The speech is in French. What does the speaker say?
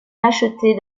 l’acheter